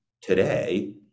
today